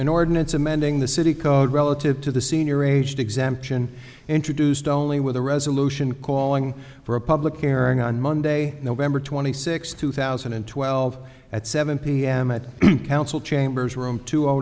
an ordinance amending the city code relative to the senior aged exemption introduced only with a resolution calling for a public airing on monday november twenty sixth two thousand and twelve at seven p m at council chambers room two